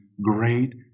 great